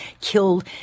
killed